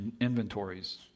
inventories